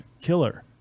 killer